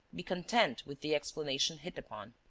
be content with the explanation hit upon.